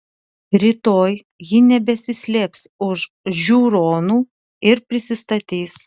rytoj ji nebesislėps už žiūronų ir prisistatys